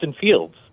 Fields